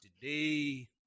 today